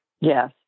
Yes